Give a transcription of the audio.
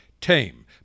Tame